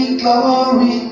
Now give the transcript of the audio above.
glory